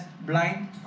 blind